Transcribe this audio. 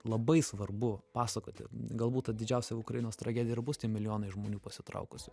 labai svarbu pasakoti galbūt ta didžiausia ukrainos tragedija ir bus tie milijonai žmonių pasitraukusių